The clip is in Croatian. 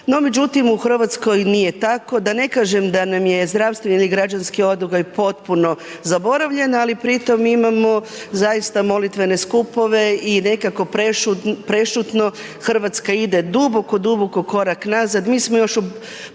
međutim u Hrvatskoj nije tako. Da ne kažem da nam je zdravstvo ili građanski odgoj potpuno zaboravljen, ali pritom imamo zaista molitvene skupove i nekako prešutno Hrvatska ide duboko duboko korak nazad,